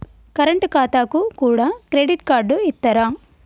Current ఖాతాకు కూడా credit card ఇత్తరా?